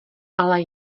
ale